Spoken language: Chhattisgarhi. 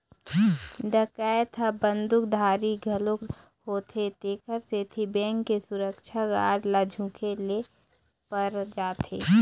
डकैत ह बंदूकधारी घलोक होथे तेखर सेती बेंक के सुरक्छा गार्ड ल झूके ल पर जाथे